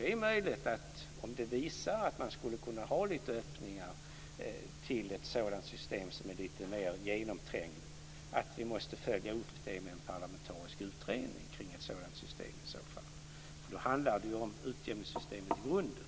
Det är möjligt att vi, om det visar sig att man skulle kunna ha lite öppningar till ett system som är lite mer genomträngligt, måste följa upp det med en parlamentarisk utredning kring ett sådant system. Då handlar det ju om utjämningssystemet i grunden.